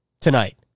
tonight